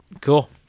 cool